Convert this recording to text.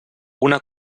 una